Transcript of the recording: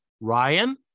ryan